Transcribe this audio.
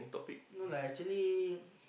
no lah actually